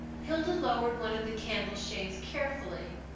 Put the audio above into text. hilda lowered one of the candle-shades carefully.